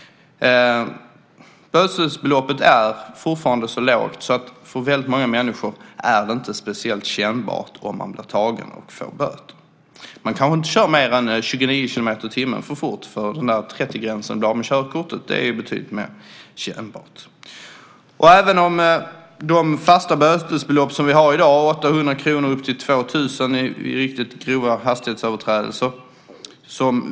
Bötesbeloppet är fortfarande så lågt att det för väldigt många människor inte är speciellt kännbart om man blir tagen och får böter. Man kanske inte kör mer än 29 kilometer i timmen för fort. 30-gränsen där man blir av med körkortet är betydligt mer kännbar. De fasta bötesbelopp som vi har i dag är 800 kr upp till 2 000 kr vid riktigt grova hastighetsöverträdelser.